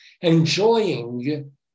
enjoying